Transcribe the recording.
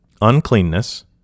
uncleanness